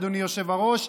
אדוני היושב-ראש,